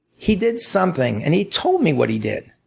he did something, and he told me what he did.